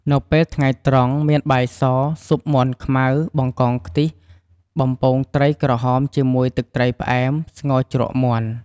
នៅពេលថ្ងៃត្រង់ មានបាយស ស៊ុបមាន់ខ្មៅ បង្កងខ្ទិះ បំពងត្រីក្រហមជាមួយទឹកត្រីផ្អែម ស្ងោរជ្រក់មាន់។